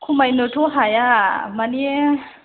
खमायनोथ' हाया मानि